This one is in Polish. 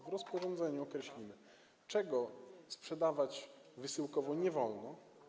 W rozporządzeniu określimy, czego sprzedawać wysyłkowo nie wolno.